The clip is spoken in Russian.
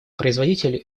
производители